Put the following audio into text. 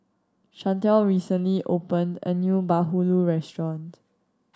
Chantelle recently opened a new bahulu restaurant